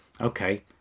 okay